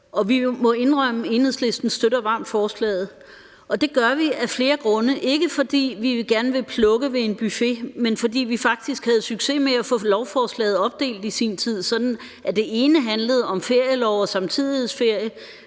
vi må indrømme i Enhedslisten, at vi varmt støtter forslaget, og det gør vi af flere grunde. Ikke fordi vi gerne vil plukke ved en buffet, men fordi vi faktisk havde succes med at få lovforslaget opdelt i sin tid, sådan at det ene handlede om ferielov og samtidighedsferie,